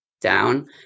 down